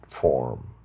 form